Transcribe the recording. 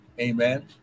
Amen